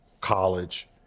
college